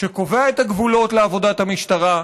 שקובע את הגבולות לעבודת המשטרה,